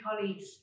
colleagues